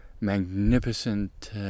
magnificent